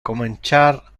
comenciar